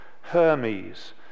Hermes